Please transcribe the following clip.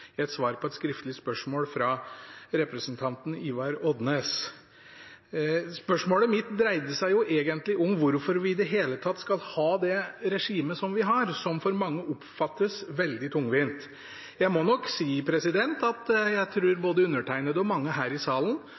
i et svar på et skriftlig spørsmål fra representanten Ivar Odnes. Spørsmålet mitt dreide seg egentlig om hvorfor vi i det hele tatt skal ha det regimet som vi har, som av mange oppfattes som veldig tungvint. Jeg må nok si at jeg tror både undertegnede og mange her i salen